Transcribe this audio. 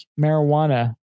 marijuana